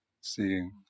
seeing